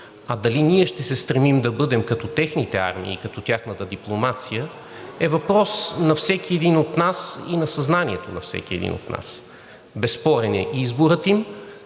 а дали ние ще се стремим да бъдем като техните армии и като тяхната дипломация е въпрос на всеки един от нас и на съзнанието на всеки един от нас. Безспорен е изборът им,